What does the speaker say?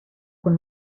con